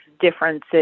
differences